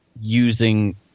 using